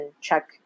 check